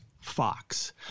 Fox